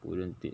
wouldn't it